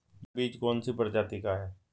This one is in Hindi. यह बीज कौन सी प्रजाति का है?